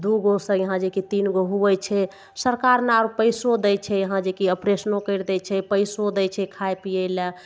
दुगोसँ यहाँ जे कि तीनगो हुवै छै सरकार ने आर पैसो दै छै कि ओपरेशनो करि दै छै पैसो दै छै खाइ पियै लए